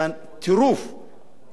אובססיה, למלחמות.